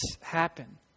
happen